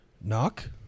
knock